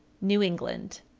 new england.